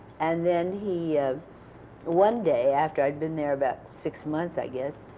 and then he, one day, after i'd been there about six months, i guess,